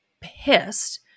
pissed